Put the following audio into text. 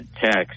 text